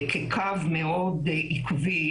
כקו מאוד עקבי,